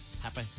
Happy